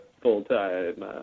full-time